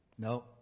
No